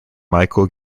michel